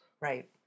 Right